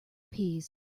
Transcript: peas